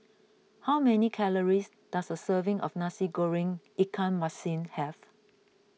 how many calories does a serving of Nasi Goreng Ikan Masin have